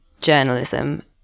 journalism